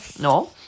No